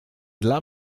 dla